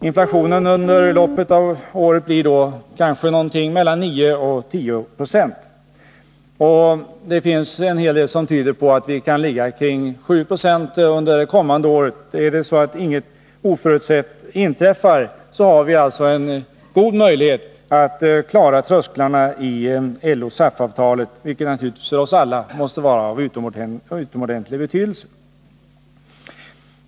Inflationen under loppet av året blir då någonting mellan 9 och 10 26. Det finns en hel del som tyder på att vi kan ligga på 7 20 under det kommande året. Om inget oförutsett inträffar, har vi alltså en god möjlighet att klara trösklarna i LO-SAF avtalet, vilket naturligtvis för oss alla måste ha utomordentlig betydelse.